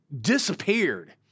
disappeared